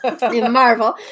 Marvel